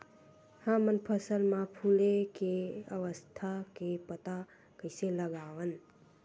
हमन फसल मा फुले के अवस्था के पता कइसे लगावन?